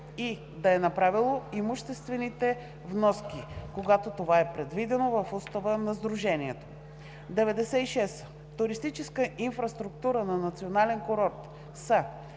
и да е направило имуществените вноски, когато това е предвидено в устава на сдружението. 96. „Туристическа инфраструктура на национален курорт“ са